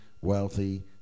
wealthy